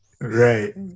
Right